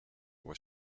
was